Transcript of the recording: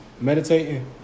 meditating